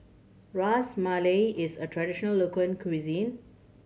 Ras Malai is a traditional local cuisine